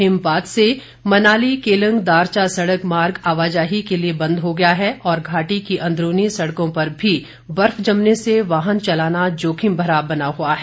हिमपात से मनाली केलंग दारचा सड़क मार्ग आवाजाही के लिए बंद हो गया है और घाटी की अंदरूनी सड़कों पर भी बर्फ जमने से वाहन चलाना जोखिमभरा बना हुआ है